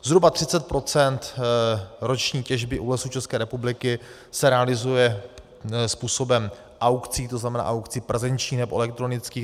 Zhruba 30 % roční těžby u Lesů České republiky se realizuje způsobem aukcí, to znamená aukcí prezenčních nebo elektronických.